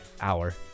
hour